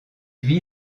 vit